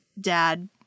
dad